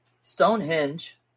Stonehenge